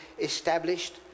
established